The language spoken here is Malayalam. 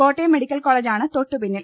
കോട്ടയം മെഡിക്കൽ കോളജാണ് തൊട്ടുപിന്നിൽ